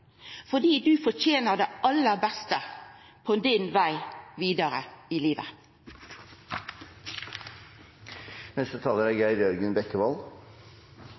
fordi du fortener det aller beste på vegen din vidare i